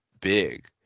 big